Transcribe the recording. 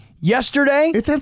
yesterday